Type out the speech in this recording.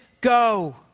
go